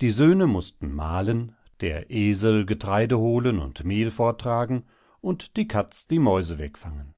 die söhne mußten mahlen der esel getreide holen und mehl forttragen und die katz die mäuse wegfangen